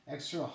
Extra